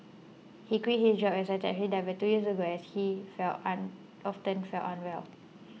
he quit his job as a taxi driver two years ago as he fell um often felt unwell